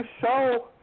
show